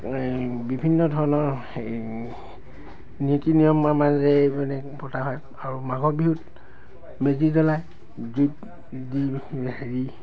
বিভিন্ন ধৰণৰ নীতি নিয়ম আমাৰ মানে পতা হয় আৰু মাঘৰ বিহুত মেজি জ্বলাই দি হেৰি